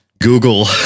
Google